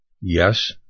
Yes